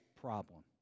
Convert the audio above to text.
problem